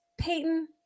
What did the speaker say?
Peyton